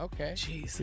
Okay